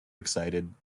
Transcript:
excited